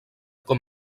com